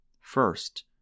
First